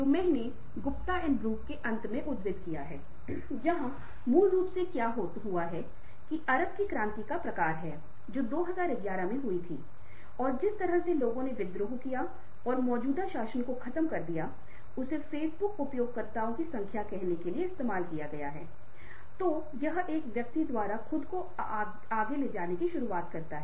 यदि आप सहानुभूति और सामाजिक कौशल के बारे में सोचते हैं तो ये मूल रूप से पारस्परिक योग्यता या सामाजिक योग्यता है जो उस बुद्धिमत्ता को बनाते हैं जो उस भावनात्मक बुद्धिमत्ता को बनाते हैं